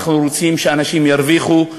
אנחנו רוצים שאנשים ירוויחו,